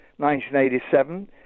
1987